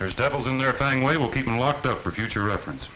there's devils in their fucking way will keep them locked up for future reference